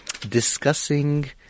discussing